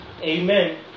Amen